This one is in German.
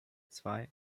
zwei